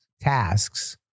tasks